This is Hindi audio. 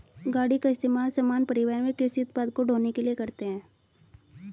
गाड़ी का इस्तेमाल सामान, परिवहन व कृषि उत्पाद को ढ़ोने के लिए करते है